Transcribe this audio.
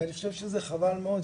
ואני חושב שזה חבל מאוד,